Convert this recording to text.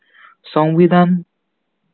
ᱥᱚᱝᱵᱤᱫᱷᱟᱱ